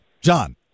John